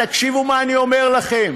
תקשיבו מה אני אומר לכם.